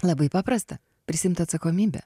labai paprasta prisiimt atsakomybę